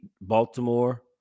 Baltimore